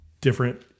different